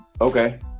Okay